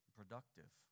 productive